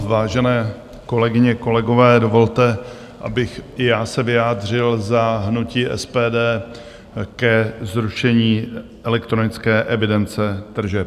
Vážené kolegyně, kolegové, dovolte, abych i já se vyjádřil za hnutí SPD ke zrušení elektronické evidence tržeb.